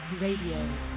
Radio